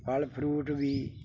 ਫ਼ਲ ਫਰੂਟ ਵੀ